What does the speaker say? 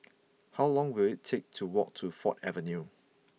how long will it take to walk to Ford Avenue